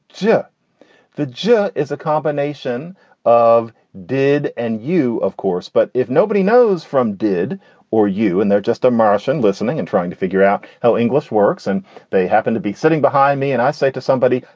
yeah the gist is a combination of did and you, of course. but if nobody knows from did or you and they're just a morrison listening and trying to figure out how english works and they happen to be sitting behind me and i say to somebody,